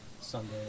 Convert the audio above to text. Sunday